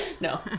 no